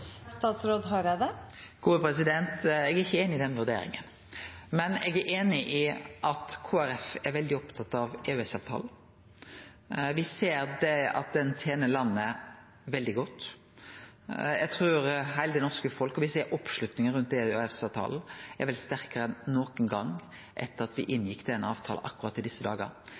Eg er ikkje einig i den vurderinga, men eg er einig i at Kristeleg Folkeparti er veldig opptatt av EØS-avtalen. Me ser han tener landet veldig godt. Me ser at oppslutninga om EØS-avtalen er sterkare enn nokon gong etter at me inngjekk den avtalen. Han er bl.a. med på å gi oss vaksine no på slutten av dette året og ut i